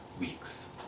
weeks